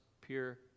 pure